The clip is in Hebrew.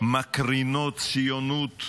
מקרינות ציונות,